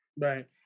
Right